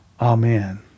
Amen